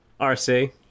RC